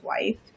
wife